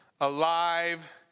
alive